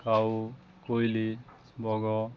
କାଉ କୋଇଲି ବଗ